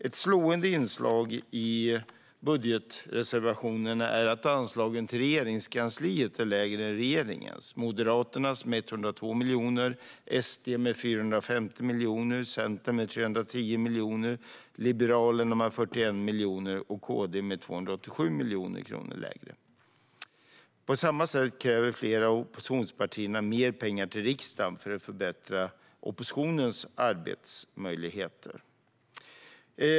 Ett slående inslag i budgetreservationerna är att anslagen till Regeringskansliet är lägre än regeringens: Moderaternas 102 miljoner lägre, SD:s 450 miljoner lägre, Centerns 310 miljoner lägre, Liberalernas 41 miljoner lägre och KD:s 287 miljoner lägre. På samma sätt kräver flera oppositionspartier mer pengar till riksdagen för att förbättra oppositionens arbetsmöjligheter.